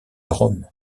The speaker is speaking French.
rome